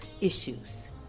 issues